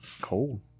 cold